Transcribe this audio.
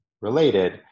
related